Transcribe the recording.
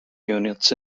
units